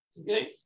Okay